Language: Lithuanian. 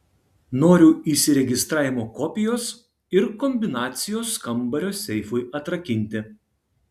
noriu įsiregistravimo kopijos ir kombinacijos kambario seifui atrakinti